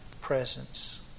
presence